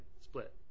split